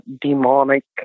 demonic